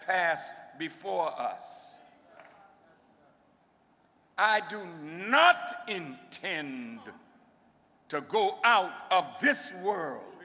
passed before us i do not in ten go out of this world